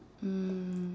mm